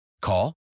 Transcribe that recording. Call